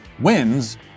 wins